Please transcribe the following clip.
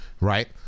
Right